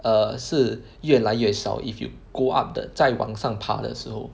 err 是越来越少 if you go up the 再往上爬的时候